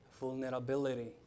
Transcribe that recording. Vulnerability